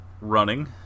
running